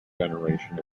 generation